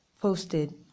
posted